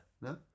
No